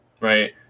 right